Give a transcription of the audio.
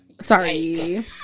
Sorry